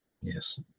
Yes